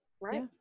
right